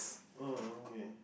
oh okay